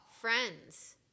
Friends